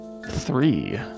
Three